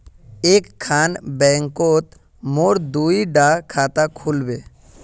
एक खान बैंकोत मोर दुई डा खाता खुल बे?